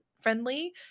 friendly